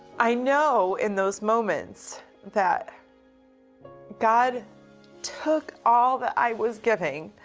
i know in those moments that god took all that i was giving,